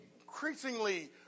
increasingly